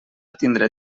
tindre